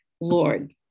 Lord